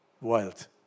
Wild